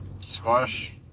squash